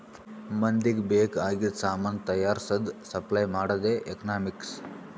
ಮಂದಿಗ್ ಬೇಕ್ ಆಗಿದು ಸಾಮಾನ್ ತೈಯಾರ್ಸದ್, ಸಪ್ಲೈ ಮಾಡದೆ ಎಕನಾಮಿಕ್ಸ್